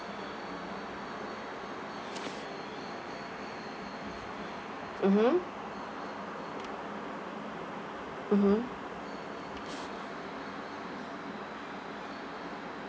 mmhmm mmhmm